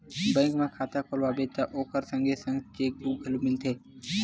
bank म खाता खोलवाबे त ओखर संगे संग चेकबूक घलो मिलथे